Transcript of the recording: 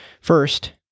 First